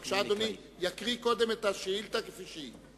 בבקשה, אדוני יקרא קודם את השאילתא כפי שהיא.